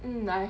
mm I